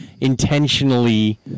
intentionally